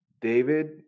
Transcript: David